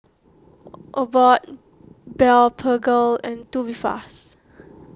Abbott Blephagel and Tubifast